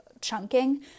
chunking